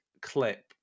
clip